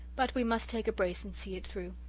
but we must take a brace and see it through.